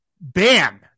bam